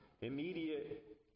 immediate